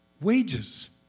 wages